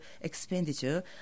expenditure